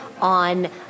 on